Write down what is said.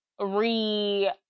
re